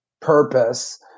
purpose